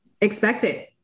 expected